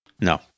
No